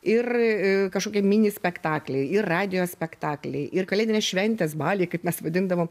ir kažkokie mini spektakliai ir radijo spektakliai ir kalėdinės šventės baliai kaip mes vadindavom